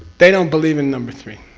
they don't believe in number three.